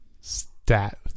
stat